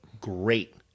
great